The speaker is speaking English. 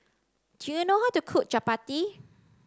do you know how to cook Chappati